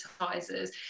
advertisers